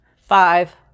five